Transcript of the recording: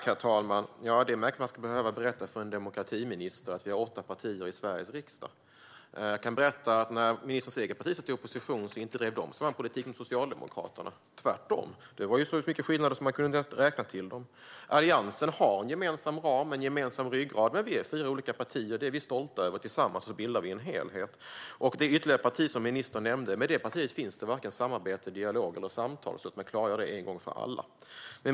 Herr talman! Det är märkligt att jag ska behöva berätta för en demokratiminister att vi har åtta partier i Sveriges riksdag. När ministerns parti satt i opposition drev man inte samma politik som Socialdemokraterna, tvärtom. Det var så många skillnader att man knappt kunde räkna dem. Alliansen har en gemensam ram och ryggrad. Men vi är fyra olika partier, och det är vi stolta över. Tillsammans bildar vi en helhet. Med det ytterligare parti som ministern nämnde finns det varken samarbete, dialog eller samtal - så att vi klargör det en gång för alla.